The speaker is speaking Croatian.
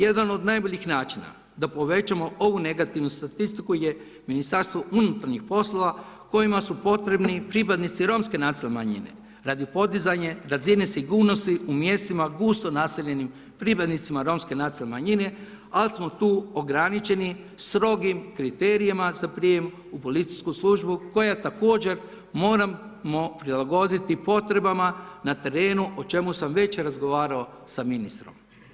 Jedan od najboljih načina da povećamo ovu negativnu statistiku je Ministarstvo unutarnjih poslova kojima su potrebni pripadnici romske nacionalne manjine radi podizanja razine sigurnosti u mjestima gusto naseljenim pripadnicima romske nacionalne manjine, ali smo tu ograničeni strogim kriterijima za prijem u policijsku službu koja također moramo prilagoditi potrebama na terenu o čemu sam već razgovarao sa ministrom.